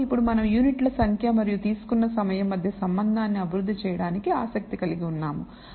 కాబట్టి ఇప్పుడు మనం యూనిట్ల సంఖ్య మరియు తీసుకున్న సమయం మధ్య సంబంధాన్ని అభివృద్ధి చేయడానికి ఆసక్తి కలిగి ఉన్నాము